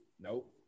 Nope